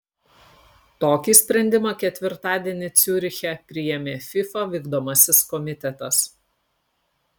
tokį sprendimą ketvirtadienį ciuriche priėmė fifa vykdomasis komitetas